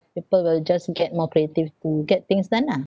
people will just get more creative to get things done ah